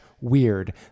weird